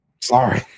sorry